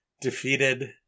defeated